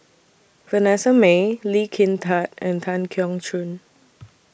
Vanessa Mae Lee Kin Tat and Tan Keong Choon